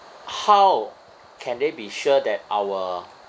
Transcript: how can they be sure that our